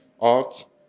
art